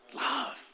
Love